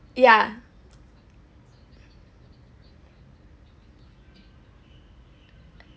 yeah uh uh